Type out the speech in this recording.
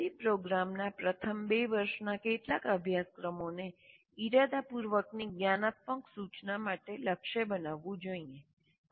ઇજનેરી પ્રોગ્રામના પ્રથમ બે વર્ષના કેટલાક અભ્યાસક્રમોને ઇરાદાપૂર્વકની જ્ઞાનાત્મક સૂચના માટે લક્ષ્ય બનાવવું જોઈએ